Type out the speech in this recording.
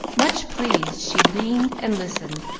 much pleased, she leaned and listened,